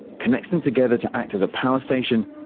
connects them together to act as a power station,